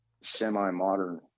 semi-modern